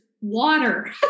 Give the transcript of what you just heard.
water